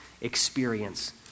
experience